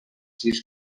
sis